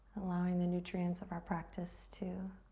allowing the nutrients of our practice to